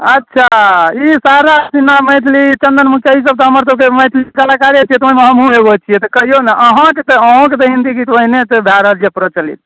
अच्छा ई शारदा सिन्हा मैथिली चन्दन मुखिया ईसभ तऽ हमरसभके मैथिली कलाकारे छै तऽ ओहिमे हमहूँ एगो छियै तऽ कहियौ ने अहाँके अहूँके तऽ हिन्दी गीत बढ़िआँसँ भए रहल छै प्रचलित